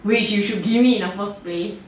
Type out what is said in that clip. which you should give me in the first place